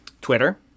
Twitter